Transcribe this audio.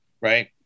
right